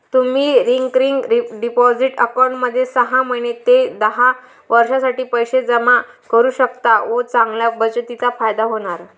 तुम्ही recurring deposit अकाउंटमध्ये सहा महिने ते दहा वर्षांसाठी पैसे जमा करू शकता व चांगल्या बचतीचा फायदा होणार